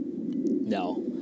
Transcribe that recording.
No